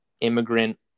immigrant